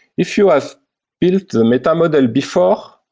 if you have built the meta model before,